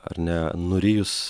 ar ne nurijus